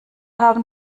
haben